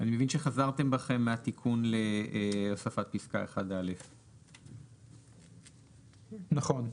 אני מבין שחזרתם בכם מהתיקון להוספת פסקה 1א. נכון,